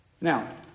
Now